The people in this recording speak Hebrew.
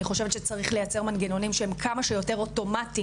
אני חושבת שצריך לייצר מנגנונים שהם כמה שיותר אוטומטי